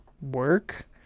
work